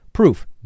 Proof